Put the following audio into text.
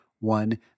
one